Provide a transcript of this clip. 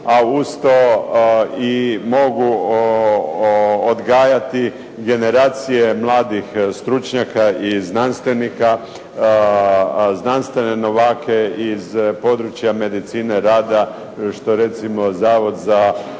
a uz to i mogu odgajati generacije mladih stručnjaka i znanstvenika, znanstvene novake iz područja medicine rada, što recimo Zavod za medicinu